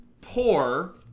poor